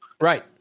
Right